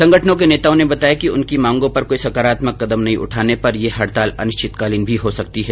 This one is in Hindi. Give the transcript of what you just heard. संगठनों के नेताओं ने बताया कि उनकी मांगों पर कोई सकारात्मक कदम नहीं उठाने पर यह हड़ताल अनिश्चितकालीन भी हो सकती हैं